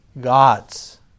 God's